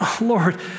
Lord